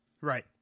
Right